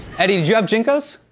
eddie, did you have jncos?